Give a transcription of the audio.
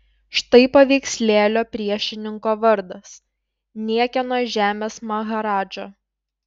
štai paveikslėlio priešininko vardas niekieno žemės maharadža